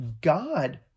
God